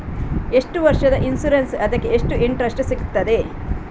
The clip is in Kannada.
ಎಷ್ಟು ವರ್ಷದ ಇನ್ಸೂರೆನ್ಸ್ ಅದಕ್ಕೆ ಎಷ್ಟು ಇಂಟ್ರೆಸ್ಟ್ ಸಿಗುತ್ತದೆ?